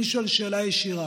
אני שואל שאלה ישירה: